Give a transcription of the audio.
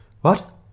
What